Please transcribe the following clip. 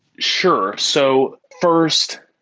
sure. so first,